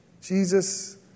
Jesus